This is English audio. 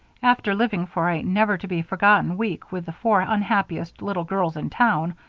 after living for a never-to-be-forgotten week with the four unhappiest little girls in town,